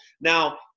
now